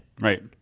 Right